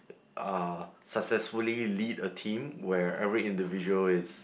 uh successfully lead a team where every individual is